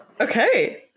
Okay